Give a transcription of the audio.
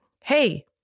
hey